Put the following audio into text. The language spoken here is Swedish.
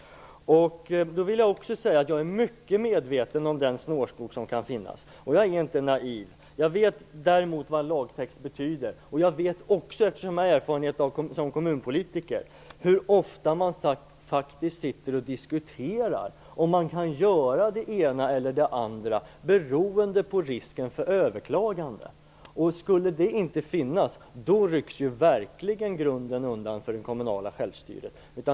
Jag vill också säga att jag är mycket medveten om den snårskog som kan finnas. Jag är inte naiv. Jag vet vad en lagtext betyder, och jag vet också, eftersom jag har erfarenhet som kommunpolitiker, hur ofta man faktiskt diskuterar om man kan göra det ena eller det andra beroende på risken för överklagande. Skulle den inte finnas rycks verkligen grunden undan för det kommunala självstyret.